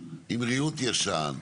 עם ריהוט ישן,